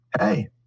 hey